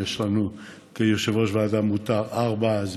כיושב-ראש ועדה מותר ארבעה,